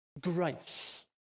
grace